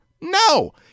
No